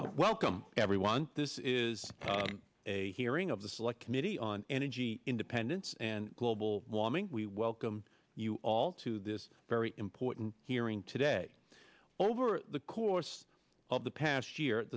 test welcome everyone this is a hearing of the select committee on energy independence and global warming we welcome you all to this very important hearing today over the course of the past year